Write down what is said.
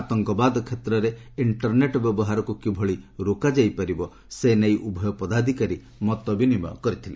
ଆତଙ୍କବାଦ କ୍ଷେତ୍ରରେ ଇଷ୍ଟରନେଟ୍ ବ୍ୟବହାରକୁ କିଭଳି ରୋକାଯାଇ ପାରିବ ସେ ନେଇ ଉଭୟ ପଦାଧିକାରୀ ମତବିନିମୟ କରିଥିଲେ